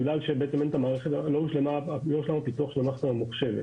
בגלל שעדיין לא הושלם הפיתוח של המערכת הממוחשבת.